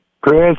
Chris